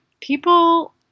people